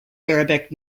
arabic